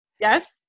yes